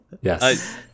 Yes